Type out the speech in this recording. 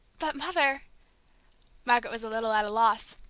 but, mother margaret was a little at a loss.